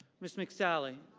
ms. mc sally,